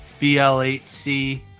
BLHC